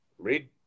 Read